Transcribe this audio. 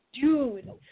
Dude